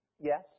Yes